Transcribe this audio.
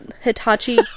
hitachi